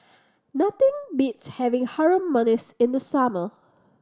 nothing beats having Harum Manis in the summer